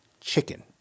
chicken